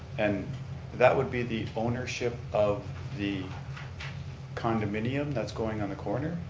and that would be the ownership of the condominium that's going on the corner?